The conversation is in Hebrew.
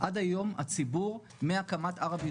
מסתכל מה יכול להיות, מה לא יכול